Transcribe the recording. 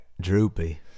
droopy